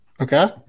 Okay